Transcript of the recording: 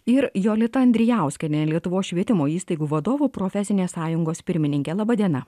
ir jolita andrijauskienė lietuvos švietimo įstaigų vadovų profesinės sąjungos pirmininkė laba diena